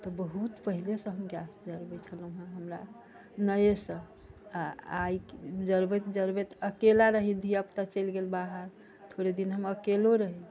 तऽ बहुत पहलेसँ हम गैस जरबै छलहुॅं हमरा नयेसँ आ आइ जरबैत जरबैत अकेला रहि धिया पुता चलि गेल बाहर थोड़े दिन हम अकेलो रहि